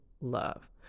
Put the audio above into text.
love